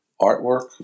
artwork